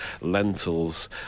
lentils